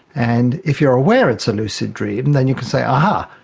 and if you are aware it's a lucid dream then you can say, um ah